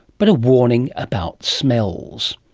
but a warning about smells.